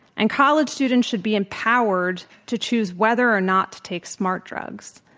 and college students should be empowered to choose whether or not to take smart drugs.